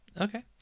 Okay